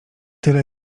tyle